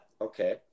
okay